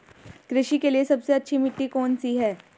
कृषि के लिए सबसे अच्छी मिट्टी कौन सी है?